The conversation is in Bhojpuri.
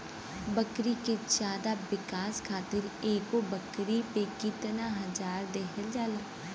बकरी के ज्यादा विकास खातिर एगो बकरी पे कितना अनाज देहल जाला?